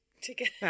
together